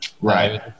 Right